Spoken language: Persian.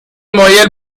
مایل